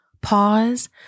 Pause